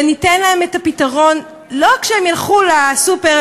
וניתן להם את הפתרון לא כשהם ילכו לסופר,